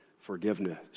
forgiveness